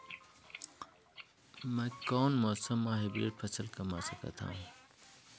मै कोन मौसम म हाईब्रिड फसल कमा सकथव?